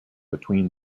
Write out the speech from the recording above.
between